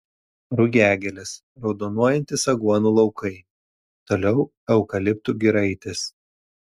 rugiagėlės raudonuojantys aguonų laukai toliau eukaliptų giraitės